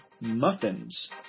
Muffins